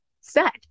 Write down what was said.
set